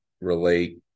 relate